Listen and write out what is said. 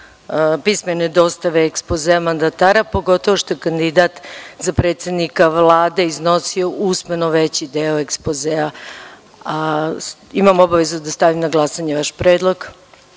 pismene dostave ekspozea mandatara, pogotovo što je kandidat za predsednika Vlade iznosio usmeno veći deo ekspozea. Imam obavezu da stavim na glasanje vaš predlog. Molim